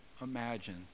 imagine